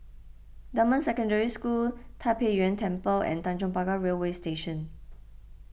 Dunman Secondary School Tai Pei Yuen Temple and Tanjong Pagar Railway Station